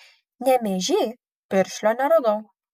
nemėžy piršlio neradau